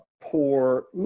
poor